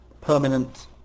permanent